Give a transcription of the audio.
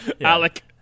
alec